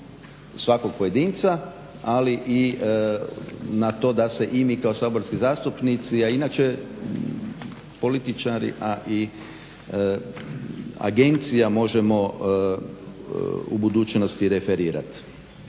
svakog pojedinca, ali i na to da se i mi kao saborski zastupnici a inače političari a i agencija možemo u budućnosti referirati.